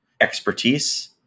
expertise